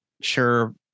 sure